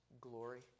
glory